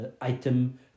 item